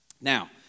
Now